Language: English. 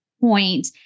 point